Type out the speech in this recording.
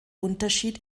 unterschied